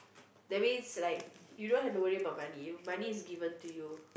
that means like you don't have to worry about money money is given to you